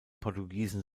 portugiesen